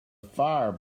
fire